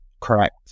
Correct